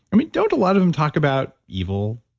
i mean, don't a lot of them talk about evil,